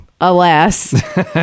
Alas